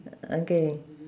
okay